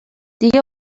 دیگه